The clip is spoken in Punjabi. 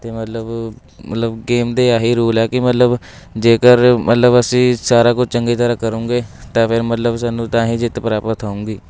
ਅਤੇ ਮਤਲਬ ਮਤਲਬ ਗੇਮ ਦੇ ਆਹੀ ਰੂਲ ਹੈ ਕਿ ਮਤਲਬ ਜੇਕਰ ਮਤਲਬ ਅਸੀਂ ਸਾਰਾ ਕੁਝ ਚੰਗੇ ਤਰ੍ਹਾਂ ਕਰੂੰਗੇ ਤਾਂ ਫਿਰ ਮਤਲਬ ਸਾਨੂੰ ਤਾਂ ਹੀ ਜਿੱਤ ਪ੍ਰਾਪਤ ਹੋਊਂਗੀ